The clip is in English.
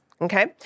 okay